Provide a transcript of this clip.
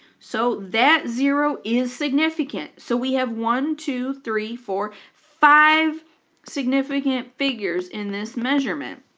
so that zero is significant. so we have one two three four five significant figures in this measurement.